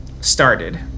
started